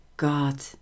God